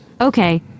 Okay